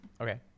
okay